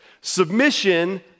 submission